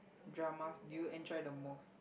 dramas do you enjoy the most